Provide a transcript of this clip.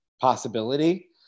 possibility